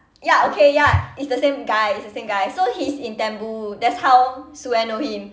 ya okay ya it's the same guy it's the same guy so he's in that's how sue anne know him